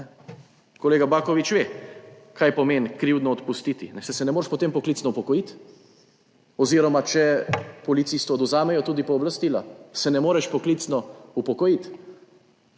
Kolega Baković ve kaj pomeni krivdno odpustiti, saj se ne moreš potem poklicno upokojiti oziroma policistu odvzamejo tudi pooblastila, se ne moreš poklicno upokojiti.